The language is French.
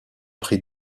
prix